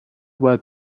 web